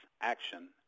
action